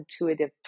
intuitive